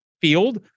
field